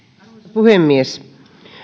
puhemies